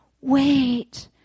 wait